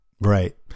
Right